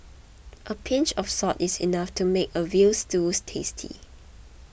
a pinch of salt is enough to make a Veal Stews tasty